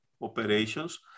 operations